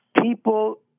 people